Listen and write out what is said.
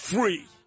Free